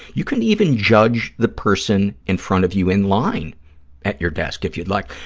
you can even judge the person in front of you in line at your desk if you'd like.